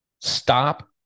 stop